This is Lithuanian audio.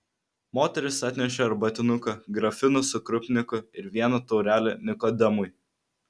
moteris atnešė arbatinuką grafiną su krupniku ir vieną taurelę nikodemui